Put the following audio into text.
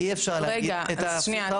אי אפשר --- רגע, אז שנייה.